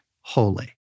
holy